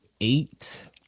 Eight